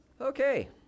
Okay